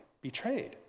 betrayed